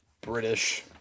British